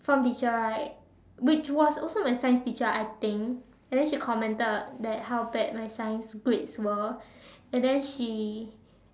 form teacher right which was also my science teacher I think and then she commented that how bad my science grades were and then she